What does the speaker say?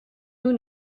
nous